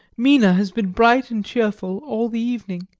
mina has been bright and cheerful all the evening.